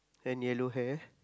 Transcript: and yellow hair